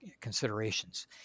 considerations